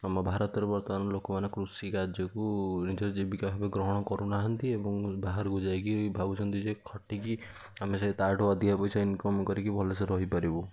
ଆମ ଭାରତରେ ବର୍ତ୍ତମାନ ଲୋକମାନେ କୃଷିକାର୍ଯ୍ୟକୁ ନିଜ ଜୀବିକା ଭାବରେ ଗ୍ରହଣ କରୁନାହାନ୍ତି ଏବଂ ବାହାରକୁ ଯାଇକି ଭାବୁଛନ୍ତି ଯେ ଖଟିକି ଆମେ ସେ ତା ଠୁ ଅଧିକା ପଇସା ଇନ୍କମ୍ କରିକି ଭଲସେ ରହିପାରିବୁ